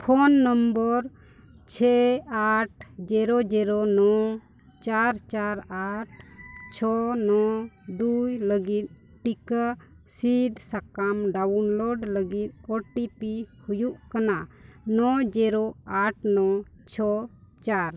phone number ᱪᱷᱚᱭ ᱟᱴ zero zero ᱱᱚ ᱪᱟᱨ ᱪᱟᱨ ᱟᱴ ᱪᱷᱚ ᱱᱚ ᱫᱩᱭ ᱞᱟᱹᱜᱤᱫ ᱴᱤᱠᱟᱹ ᱥᱤᱫ ᱥᱟᱠᱟᱢ ᱰᱟᱣᱩᱱᱞᱳᱰ ᱞᱟᱹᱜᱤᱫ ᱳ ᱴᱤ ᱯᱤ ᱦᱩᱭᱩᱜ ᱠᱟᱱᱟ ᱱᱚ ᱡᱤᱨᱳ ᱟᱴ ᱱᱚ ᱪᱷᱚ ᱪᱟᱨ